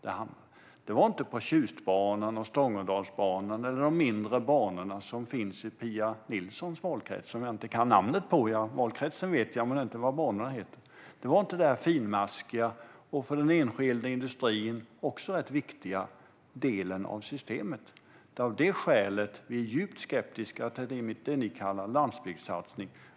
De hamnade inte på Tjustbanan, Stångedalsbanan eller de mindre banor som finns i Pia Nilssons valkrets och som jag inte kan namnet på - valkretsen vet jag namnet på, men jag vet inte vad banorna heter! Det rörde sig inte om den där finmaskiga och för den enskilda industrin ganska viktiga delen av systemet. Av det skälet är vi djupt skeptiska till det regeringen kallar landsbygdssatsning.